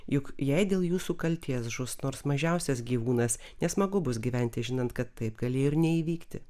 juk jei dėl jūsų kaltės žus nors mažiausias gyvūnas nesmagu bus gyventi žinant kad taip galėjo ir neįvykti